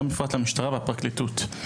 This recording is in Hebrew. גם בפרט למשטרה ולפרקליטות.